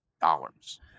dollars